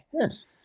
Yes